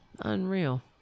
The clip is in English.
Unreal